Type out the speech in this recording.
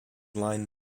line